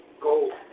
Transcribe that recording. Go